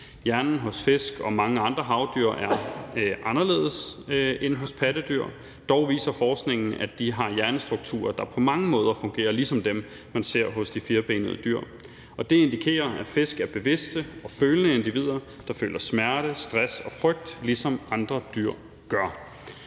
Hjernen hos fisk og mange andre havdyr er anderledes end hos pattedyr. Dog viser forskningen, at de har hjernestrukturer, der på mange måder fungerer ligesom dem, man ser hos de firbenede dyr, og det indikerer, at fisk er bevidste og følende individer, der føler smerte, stress og frygt, ligesom andre dyr gør.